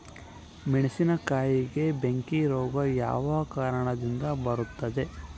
ಮೆಣಸಿನಕಾಯಿಗೆ ಬೆಂಕಿ ರೋಗ ಯಾವ ಕಾರಣದಿಂದ ಬರುತ್ತದೆ?